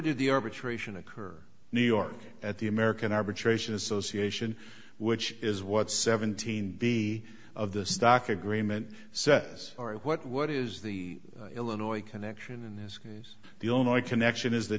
did the arbitration occur new york at the american arbitration association which is what seventeen b of the stock agreement says or what what is the illinois connection in this case the only connection is that